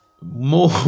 more